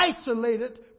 Isolated